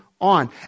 On